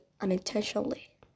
unintentionally